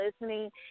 listening